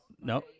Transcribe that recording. no